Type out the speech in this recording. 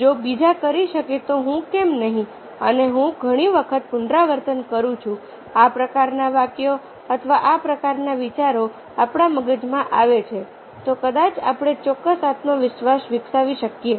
જો બીજા કરી શકે તો હું કેમ નહિ અને હું ઘણી વખત પુનરાવર્તન કરું છું આ પ્રકારના વાક્યો અથવા આ પ્રકારના વિચારો આપણા મગજમાં આવે છે તો કદાચ આપણે ચોક્કસ આત્મવિશ્વાસ વિકસાવી શકીએ